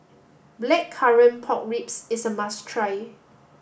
blackcurrant pork ribs is a must try